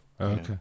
okay